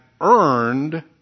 earned